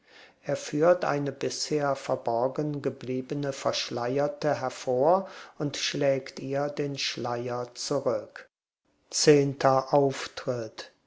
er führt eine bisher verborgen gebliebene verschleierte hervor und schlägt ihr den schleier zurück zehnter auftritt